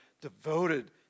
devoted